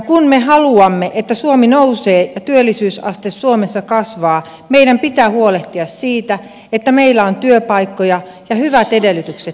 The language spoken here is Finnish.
kun me haluamme että suomi nousee ja työllisyysaste suomessa kasvaa meidän pitää huolehtia siitä että meillä on työpaikkoja ja hyvät edellytykset yrittäjyydelle